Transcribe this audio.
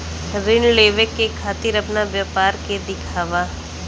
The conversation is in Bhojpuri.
ऋण लेवे के खातिर अपना व्यापार के दिखावा?